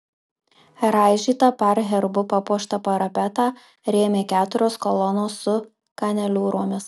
raižytą par herbu papuoštą parapetą rėmė keturios kolonos su kaneliūromis